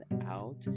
out